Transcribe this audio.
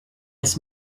als